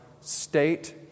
state